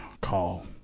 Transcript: call